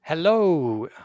Hello